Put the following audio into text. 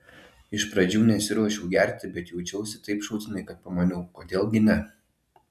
iš pradžių nesiruošiau gerti bet jaučiausi taip šūdinai kad pamaniau kodėl gi ne